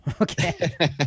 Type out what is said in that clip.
okay